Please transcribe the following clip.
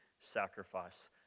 sacrifice